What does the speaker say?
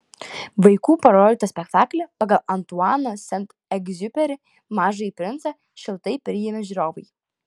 vaikų parodytą spektaklį pagal antuano sent egziuperi mažąjį princą šiltai priėmė žiūrovai